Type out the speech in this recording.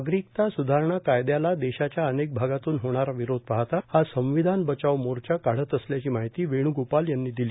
नागरिकता सुधारणा काय्याला देशाच्या अनेक भागातून होणारा विरोध पाहता हा संविधान बचाओ मोर्चा काढत असल्याची माहिती वेण्गोपाल यांनी दिली